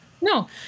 No